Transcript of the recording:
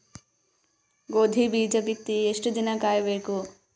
ಗೋಧಿ ಬೀಜ ಬಿತ್ತಿ ಎಷ್ಟು ದಿನ ಕಾಯಿಬೇಕು?